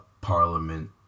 parliament